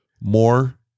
more